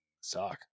suck